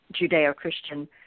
Judeo-Christian